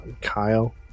Kyle